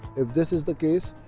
if this is the case,